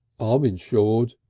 ah i'm insured,